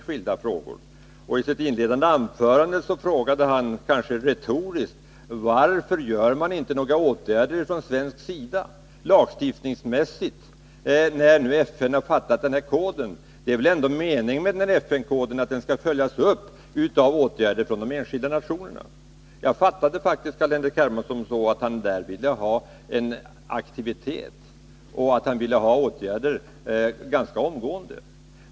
I sitt inledande anförande frågade Carl-Henrik Hermansson, kanske retoriskt: Varför vidtas inte några lagstiftningsåtgärder från svensk sida, när nu FN fattat beslut om den här koden? Meningen med FN-koden är väl ändå att den skall följas upp av åtgärder från den enskilda nationerna? Jag fattade faktiskt Carl-Henrik Hermansson så, att han ville ha till stånd en aktivitet, att han ville att det skulle vidtas åtgärder ganska omgående.